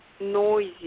noisy